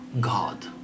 God